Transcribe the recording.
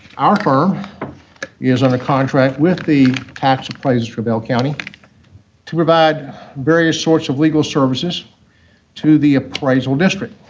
our firm is under contract with the tax appraisals for bell county to provide various sorts of legal services to the appraisal district.